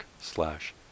slash